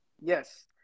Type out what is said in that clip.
Yes